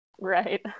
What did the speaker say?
Right